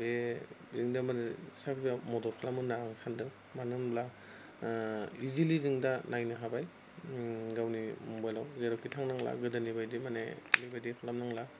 बे बेनो माने साख्रियाव मदद खालामो होनना आं सानदों मानो होनब्ला इजिलि जों दा नायनो हाबाय गावनि मबाइलआव जेरावखि थांनांला गोदोनि बायदि माने बेबायदि खालाम नांला